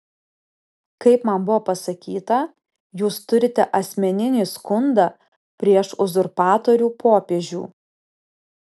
kaip man buvo pasakyta jūs turite asmeninį skundą prieš uzurpatorių popiežių